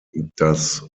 does